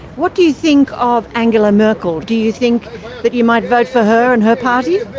what do you think of angela merkel? do you think that you might vote for her and her party?